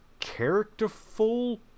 characterful